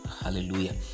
Hallelujah